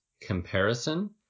comparison